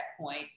point